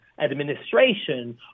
Administration